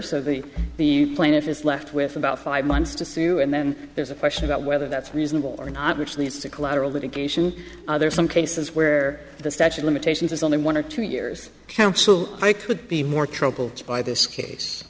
of the the plaintiff is left with about five months to sue and then there's a question about whether that's reasonable or not which leads to collateral litigation other some cases where the statute limitations is only one or two years counsel i could be more trouble by this case